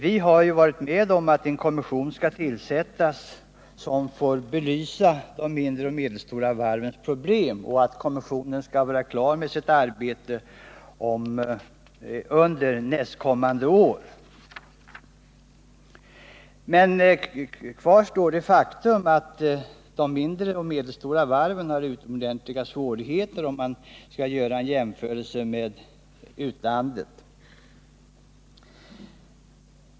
Vi har ju varit med om att en kommission skall tillsättas, som får belysa de mindre och medelstora varvens problem. Kommissionen skall vara klar med sitt arbete under nästkommande år. Men kvar står det faktum att de mindre och medelstora varven har utomordentliga svårigheter, om man jämför med förhållandena i utlandet.